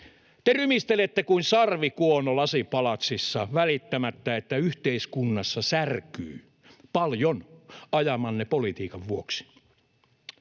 Te rymistelette kuin sarvikuono lasipalatsissa välittämättä, että yhteiskunnassa särkyy paljon ajamanne politiikan vuoksi.